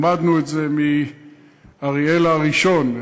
למדנו את זה מאריאל הראשון,